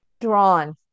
drawn